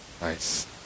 Nice